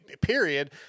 period